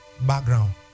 Background